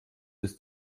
ist